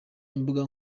imbuga